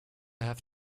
have